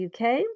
UK